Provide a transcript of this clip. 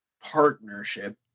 partnership